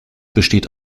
besteht